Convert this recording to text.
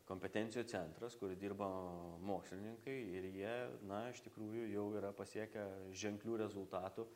kompetencijų centras kur dirba mokslininkai ir jie na iš tikrųjų jau yra pasiekę ženklių rezultatų